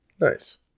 Nice